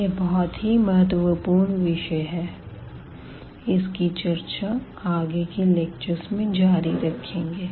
यह बहुत ही महत्वपूर्ण विषय है इसकी चर्चा आगे के लेक्चर्स में जारी रखेंगे